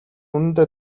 үнэндээ